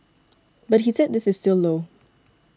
but he said this is still low